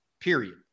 period